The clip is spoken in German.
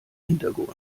hintergrund